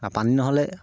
আৰু পানী নহ'লে